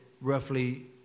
roughly